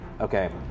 Okay